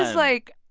like,